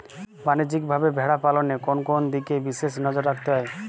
বাণিজ্যিকভাবে ভেড়া পালনে কোন কোন দিকে বিশেষ নজর রাখতে হয়?